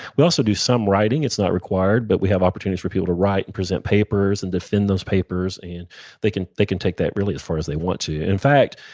we also do some writing. it's not required, but we have opportunities for people to write and present papers and defend those papers, and they can they can take that really as far as they want to. in fact,